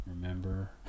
remember